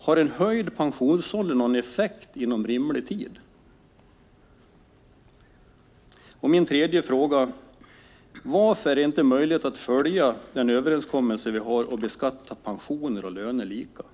Har en höjd pensionsålder någon effekt inom rimlig tid? Varför är det inte möjligt att följa den överenskommelse vi har och beskatta pensioner och löner lika?